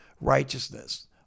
righteousness